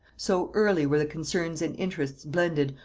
so early were the concerns and interests blended,